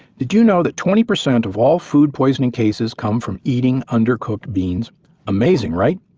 did you know that twenty percent of all food poising cases come from eating undercooked beans amazing, right?